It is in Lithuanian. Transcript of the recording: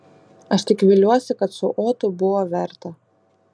aš tik viliuosi kad su otu buvo verta